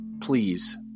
please